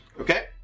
Okay